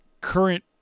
current